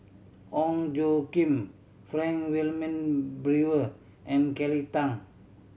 Ong Tjoe Kim Frank Wilmin Brewer and Kelly Tang